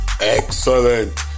Excellent